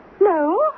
No